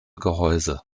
gehäuse